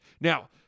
Now